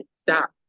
stop